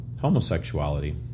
homosexuality